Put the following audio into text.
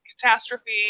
Catastrophe